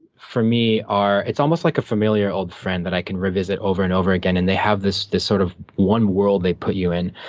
for me, are it's almost like a familiar old friend that i can revisit over and over again. and they have this this sort of one world they put you in,